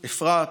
אפרת,